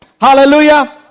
Hallelujah